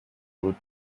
route